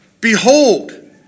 Behold